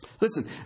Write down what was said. Listen